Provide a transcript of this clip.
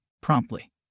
promptly